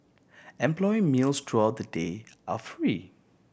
employee meals throughout the day are free